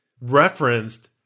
referenced